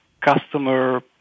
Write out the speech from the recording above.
customer